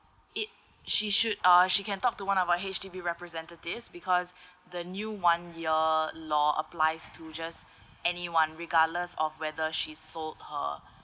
it she should uh she can talk to one of our H_D_B representative because the new one year law applies to just anyone regardless of whether she's sold her